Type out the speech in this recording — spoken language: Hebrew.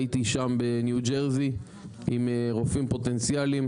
הייתי שם בניו-ג'רסי עם רופאים פוטנציאלים